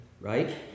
right